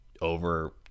over